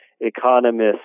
economists